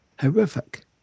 horrific